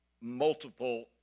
multiple